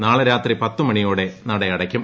നാളെ രാത്രി പത്ത് മണിയോടെ നട അടക്കും